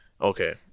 okay